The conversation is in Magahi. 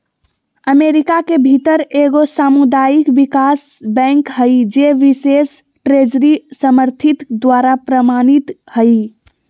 अमेरिका के भीतर एगो सामुदायिक विकास बैंक हइ जे बिशेष ट्रेजरी समर्थित द्वारा प्रमाणित हइ